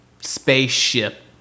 spaceship